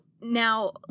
now